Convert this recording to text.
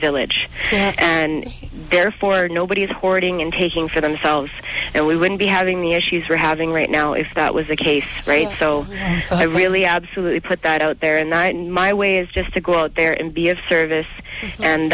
village and therefore nobody had hoarding in taking for themselves and we wouldn't be having the issues we're having right now if that was the case so i really absolutely put that out there and night and my way is just to go out there and be of service and